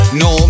no